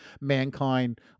mankind